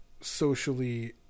socially